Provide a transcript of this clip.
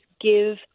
give